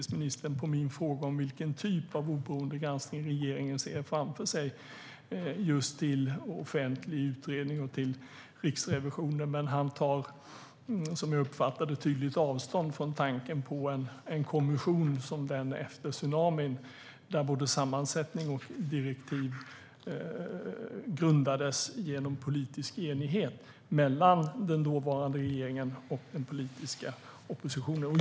Som svar på min fråga om vilken typ av oberoende granskning regeringen ser framför sig hänvisar nu inrikesministern, som jag förmodade, till offentlig utredning och till Riksrevisionen. Men han tar, som jag uppfattar det, tydligt avstånd från tanken på en kommission av den typ som tillsattes efter tsunamin och där både sammansättning och direktiv grundades på politisk enighet mellan den dåvarande regeringen och den politiska oppositionen.